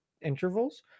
intervals